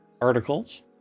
articles